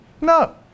No